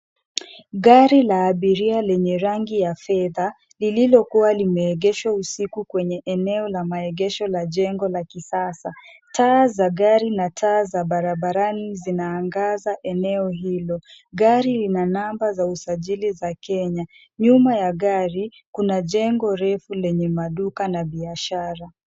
Gari la abiria lenye rangi ya fedha lililokuwa limeegeshwa usiku kwenye eneo la maegesho ya jengo la kisasa. Taa za gari na taa za barabarani zinaangaza eneo hilo. Gari lina namba za usajili za Kenya. Nyuma ya gari kuna jengo refu lenye maduka na biashara.